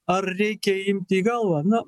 ar reikia imti į galvą na